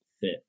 fit